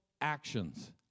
actions